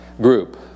group